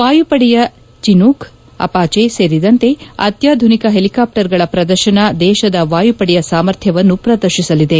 ವಾಯುಪಡೆಯ Chinook Apache ಸೇರಿದಂತೆ ಅತ್ಲಾಧುನಿಕ ಹೆಲಿಕಾಪ್ಸರ್ಗಳ ಪ್ರದರ್ಶನ ದೇಶದ ವಾಯುಪಡೆಯ ಸಾಮರ್ಥ್ಯವನ್ನು ಪ್ರದರ್ಶಿಸಲಿದೆ